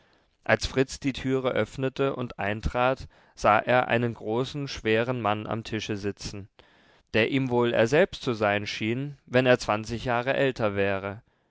als fritz die türe öffnete und eintrat sah er einen großen schweren mann am tische sitzen der ihm wohl er selbst zu sein schien wenn er zwanzig jahre älter wäre